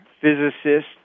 physicist